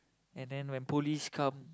and then when police come